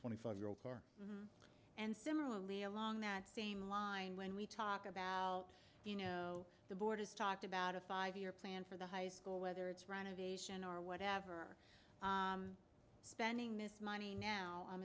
twenty five year old car and similarly along that same line when we talk about you know the board has talked about a five year plan for the high school whether it's run evasion or whatever spending this money now i'm